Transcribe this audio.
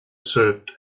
served